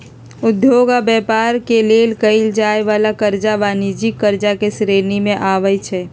उद्योग आऽ व्यापार के लेल कएल जाय वला करजा वाणिज्यिक करजा के श्रेणी में आबइ छै